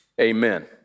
amen